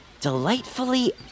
delightfully